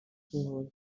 kuyivuza